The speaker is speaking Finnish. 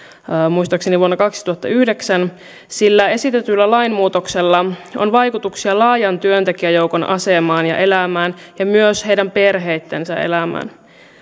muistaakseni vuonna kaksituhattayhdeksän sillä esitetyllä lainmuutoksella on vaikutuksia laajan työntekijäjoukon asemaan ja elämään ja myös heidän perheittensä elämään